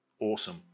awesome